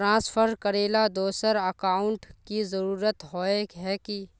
Transfer करेला दोसर account की जरुरत होय है की?